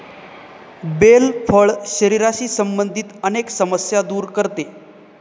bell फळ शरीराशी संबंधित अनेक समस्या दूर करते